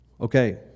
Okay